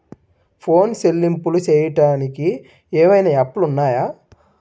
Phone చెల్లింపులు చెయ్యటానికి ఏవైనా యాప్లు ఉన్నాయా?